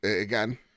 again